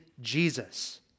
Jesus